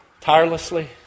Tirelessly